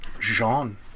Jean